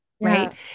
right